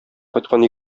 кайткан